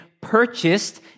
purchased